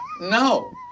no